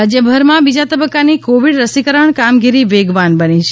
રસીકરણ રાજ્યભરમાં બીજા તબક્કાની કોવિડ રસીકરણ કામગીરી વેગવાન બની છે